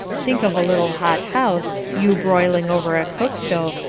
think of a little hot house, you broiling over a cook-stove,